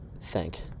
thank